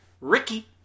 Ricky